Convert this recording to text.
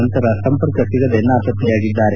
ನಂತರ ಸಂಪರ್ಕ ಸಿಗದೆ ನಾಪತ್ತೆಯಾಗಿದ್ದಾರೆ